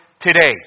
today